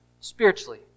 Spiritually